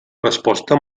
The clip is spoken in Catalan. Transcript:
resposta